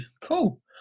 Cool